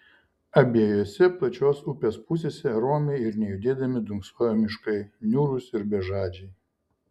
abiejose plačios upės pusėse romiai ir nejudėdami dunksojo miškai niūrūs ir bežadžiai